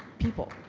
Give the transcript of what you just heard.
people.